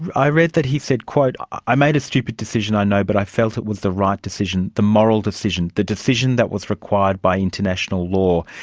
i read that he said, i made a stupid decision, i know, but i felt it was the right decision, the moral decision, the decision that was required by international law.